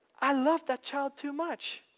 i love that child too much,